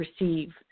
receive